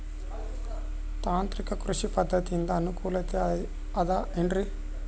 ತಾಂತ್ರಿಕ ಕೃಷಿ ಪದ್ಧತಿಯಿಂದ ಅನುಕೂಲತೆ ಅದ ಏನ್ರಿ?